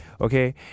okay